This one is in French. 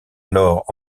alors